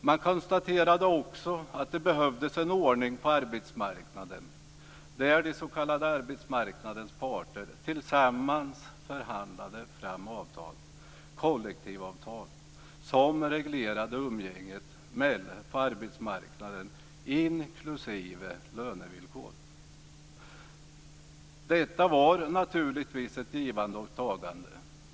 Man konstaterade också att det behövdes en ordning på arbetsmarknaden där de s.k. arbetsmarknadens parter tillsammans förhandlade fram avtal - kollektivavtal som reglerade umgänget på arbetsmarknaden, inklusive lönevillkor. Detta var naturligtvis ett givande och tagande.